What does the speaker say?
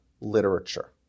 literature